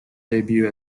debut